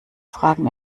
fragen